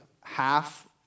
half